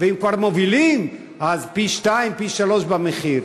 ואם כבר מובילים, אז פי-שניים, פי-שלושה במחיר.